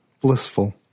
blissful